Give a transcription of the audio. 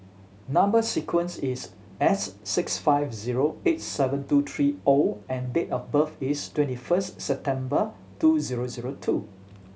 number sequence is S six five zero eight seven two three O and date of birth is twenty first September two zero zero two